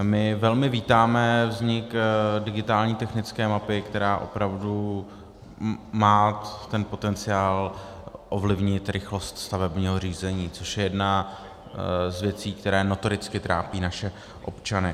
My velmi vítáme vznik digitální technické mapy, která opravdu má ten potenciál ovlivnit rychlost stavebního řízení, což je jedna z věcí, které notoricky trápí naše občany.